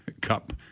cup